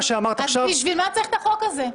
אז בשביל מה צריך את החוק הזה?